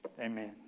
Amen